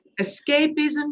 escapism